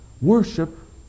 worship